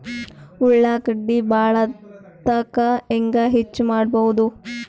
ಉಳ್ಳಾಗಡ್ಡಿ ಬಾಳಥಕಾ ಹೆಂಗ ಹೆಚ್ಚು ಮಾಡಬಹುದು?